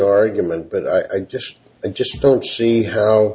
argument but i just i just don't see how